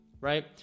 right